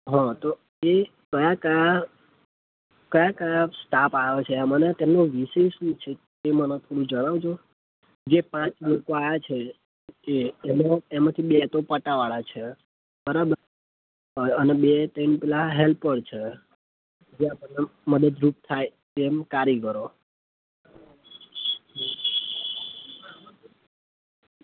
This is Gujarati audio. હ તો એ ક્યાં ક્યાં ક્યાં ક્યાં સ્ટાફ આવ્યો છે મને તેનું વિષય શું છે એ મને થોડું જણાવજો જે પાંચ લોકો આવ્યા છે કે એ એમાંથી બે તો પટાવાળા છે બરાબર અને બે ત્રણ પેલા હેલ્પર છે જે આપણને મદદ રૂપ થાય એમ કારીગરો